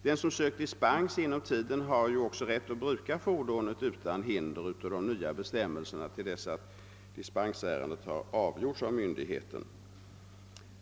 Den som sökt dispens inom den angivna tiden har också rätt att bruka fordonet utan hinder av de nya bestämmelserna till dess att dispensärendet avgjorts av myndigheten.